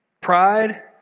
Pride